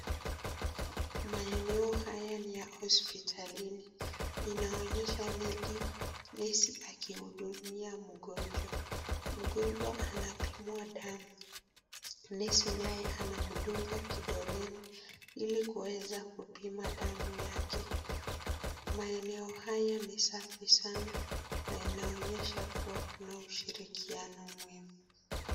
Maeneo haya ni ya hospitalini inaonyesha nesi akihudumia mgonjwa. Mgonjwa anapimwa damu, nesi naye anamndunga kidoleni ili kuweza kupima damu yake. Maeneo haya ni safi sana na inaonyesha kuwa kuna ushirikiano mwema.